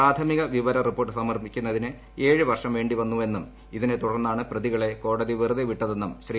പ്രാഥമിക വിവര റിപ്പോർട്ട് സമർപ്പിക്കുന്നതിന് ഏഴു വർഷം വേിവന്നുവെന്നും ഇതിനെ തുടർന്നാണ് പ്രതികളെ കോടതി വെറുതെ വിട്ടതെന്നും ശ്രീ